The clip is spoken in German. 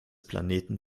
planeten